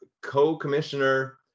co-commissioner